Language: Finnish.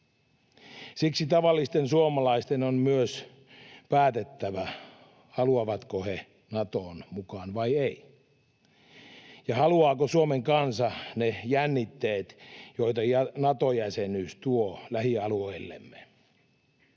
Siksi tavallisten suomalaisten on myös päätettävä, haluavatko he Natoon mukaan vai eivät ja haluaako Suomen kansa ne jännitteet, joita Nato-jäsenyys tuo lähialueillemme.